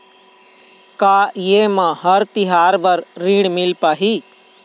का ये म हर तिहार बर ऋण मिल पाही?